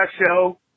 show